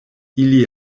ili